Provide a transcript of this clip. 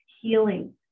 healing